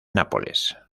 nápoles